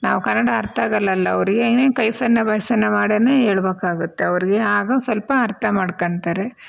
ನಾವು ಕನ್ನಡ ಅರ್ಥಾಗಲ್ಲಲ್ಲ ಅವರಿಗೆ ಏನೇನು ಕೈ ಸನ್ನೆ ಬಾಯಿ ಸನ್ನೆ ಮಾಡಿನೇ ಹೇಳ್ಬೇಕಾಗುತ್ತೆ ಅವ್ರಿಗೆ ಆಗ ಸ್ವಲ್ಪ ಅರ್ಥ ಮಾಡ್ಕೋತ್ತಾರೆ